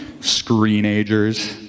screen-agers